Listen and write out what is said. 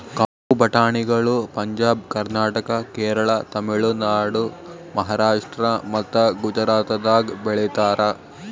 ಕಪ್ಪು ಬಟಾಣಿಗಳು ಪಂಜಾಬ್, ಕರ್ನಾಟಕ, ಕೇರಳ, ತಮಿಳುನಾಡು, ಮಹಾರಾಷ್ಟ್ರ ಮತ್ತ ಗುಜರಾತದಾಗ್ ಬೆಳೀತಾರ